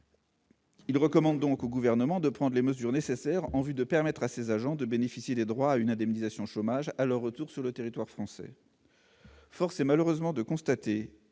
Il recommande donc au Gouvernement de « prendre les mesures nécessaires en vue de permettre à ces agents [...] de bénéficier des droits à indemnisation chômage à leur retour sur le territoire français ». Force est malheureusement de constater